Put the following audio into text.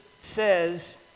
says